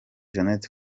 jeanette